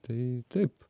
tai taip